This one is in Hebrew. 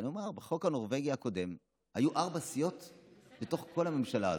בחוק הנורבגי הקודם היו ארבע סיעות מתוך כל הממשלה הזו.